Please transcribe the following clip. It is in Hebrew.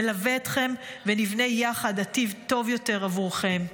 נלווה אתכם ונבנה יחד עתיד טוב יותר בעבורכם.